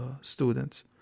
students